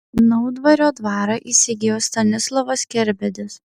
naudvario dvarą įsigijo stanislovas kerbedis